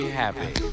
happy